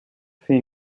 fait